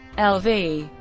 l v.